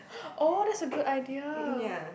oh that's a good idea